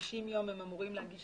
הם אמורים להגיש